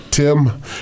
Tim